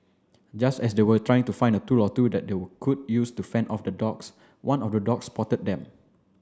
just as they were trying to find a tool or two that they could use to fend off the dogs one of the dogs spotted them